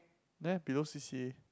there below c_c_a